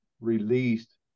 released